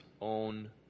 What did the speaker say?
own